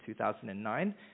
2009